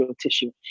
tissue